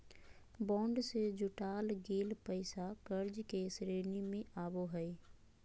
bond से जुटाल गेल पैसा कर्ज के श्रेणी में आवो हइ